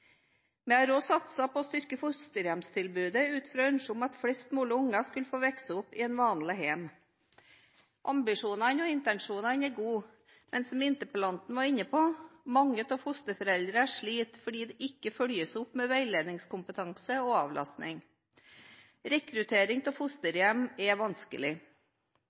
Vi har også satset på å styrke fosterhjemstilbudet ut fra ønsket om at flest mulig unger skal få vokse opp i et vanlig hjem. Ambisjonene og intensjonene er gode, men som interpellanten var inne på, sliter mange fosterforeldre fordi de ikke følges opp med veiledningskompetanse og avlastning. Rekruttering av fosterhjem er vanskelig.